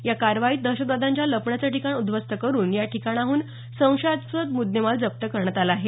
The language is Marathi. या कारवाईत दहशतवाद्यांच्या लपण्याचं ठिकाण उद्धवस्त करुन या ठिकाणाहून संशयास्पद मुद्देमाल जप्त करण्यात आला आहे